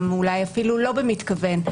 אולי אפילו לא במתכוון,